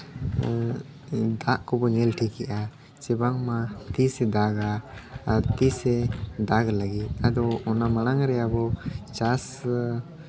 ᱫᱟᱜ ᱠᱚᱠᱚ ᱧᱮᱞ ᱴᱷᱤᱠ ᱮᱜᱼᱟ ᱵᱟᱝᱢᱟ ᱛᱤᱥᱮ ᱫᱟᱜᱟ ᱛᱤᱥᱮ ᱫᱟᱜᱽ ᱞᱟᱹᱜᱤᱫ ᱟᱫᱚ ᱚᱱᱟ ᱢᱟᱲᱟᱝ ᱨᱮ ᱟᱵᱚ ᱪᱟᱥ